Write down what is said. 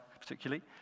particularly